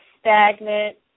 stagnant